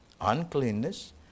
uncleanness